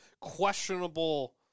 questionable